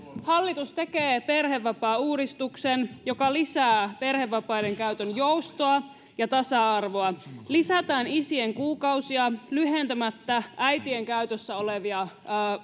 hallitus tekee perhevapaauudistuksen joka lisää perhevapaiden käytön joustoa ja tasa arvoa lisätään isien kuukausia lyhentämättä äitien käytössä olevia